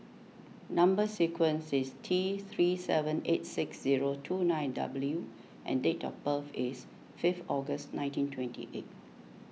Number Sequence is T three seven eight six zero two nine W and date of birth is fifth August nineteen twenty eight